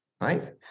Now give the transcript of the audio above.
right